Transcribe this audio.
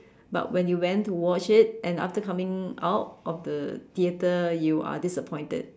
but when you went to watch it and after coming out of the theater you are disappointed